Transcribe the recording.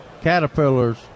caterpillars